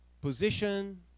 position